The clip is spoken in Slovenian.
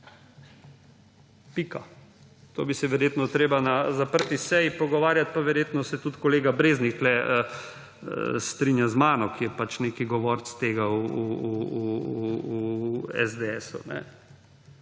Pika. To bi se verjetno treba na zaprti seji pogovarjati, pa verjetno se tudi kolega Breznik tu strinja z mano, ki je pač nek govorec tega v SDS.